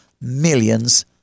millions